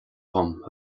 dom